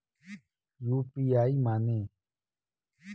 UPI माने?